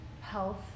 health